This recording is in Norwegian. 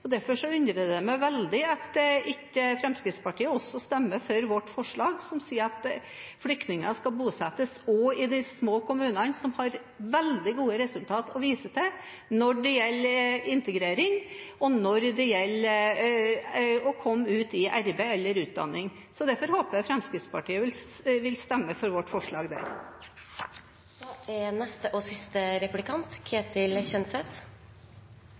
arbeid. Derfor undrer det meg veldig at ikke Fremskrittspartiet også stemmer for vårt forslag, som sier at flyktninger skal bosettes også i de små kommunene, som har veldig gode resultater å vise til når det gjelder integrering, og når det gjelder å komme ut i arbeid eller utdanning. Derfor håper jeg Fremskrittspartiet vil stemme for vårt forslag i dag. Representanten Greni henviste i sitt innlegg til at vår nasjonale kapasitet er